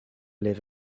live